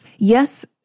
Yes